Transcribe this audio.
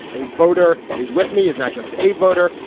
a voter is with me is not just a voter.